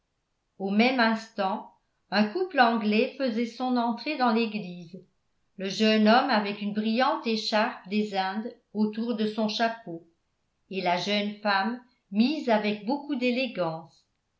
au même instant un couple anglais faisait son entrée dans l'église le jeune homme avec une brillante écharpe des indes autour de son chapeau et la jeune femme mise avec beaucoup d'élégance